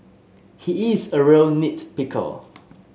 he is a real nit picker